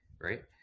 right